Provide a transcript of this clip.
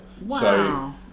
Wow